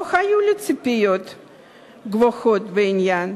לא היו לי ציפיות גבוהות בעניין.